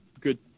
good